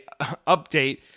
update